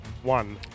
One